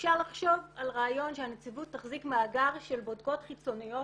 אפשר לחשוב על רעיון שהנציבות תחזיק מאגר של בודקות חיצוניות